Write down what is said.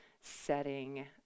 setting